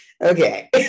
okay